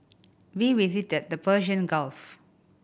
we visited the Gulf